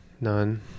None